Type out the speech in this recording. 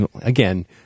Again